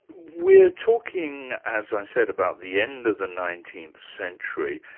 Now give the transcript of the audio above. we're talking, as i said, about the end of the nineteenth century,